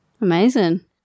Amazing